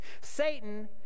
Satan